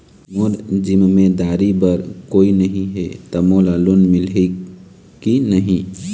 मोर जिम्मेदारी बर कोई नहीं हे त मोला लोन मिलही की नहीं?